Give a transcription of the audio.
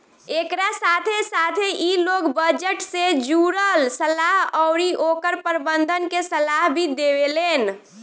एकरा साथे साथे इ लोग बजट से जुड़ल सलाह अउरी ओकर प्रबंधन के सलाह भी देवेलेन